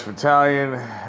Italian